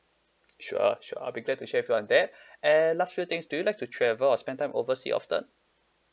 sure sure I'll be glad to share with you on that and last few things do you like to travel or spend time overseas often